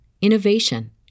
innovation